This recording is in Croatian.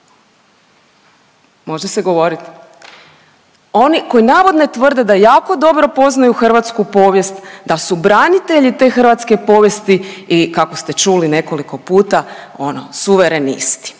Može se govorit? Oni koji navodno tvrde da jako dobro poznaju hrvatsku povijest, da su branitelji te hrvatske povijesti i kako ste čuli nekoliko puta, ono suverenisti.